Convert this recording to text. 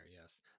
yes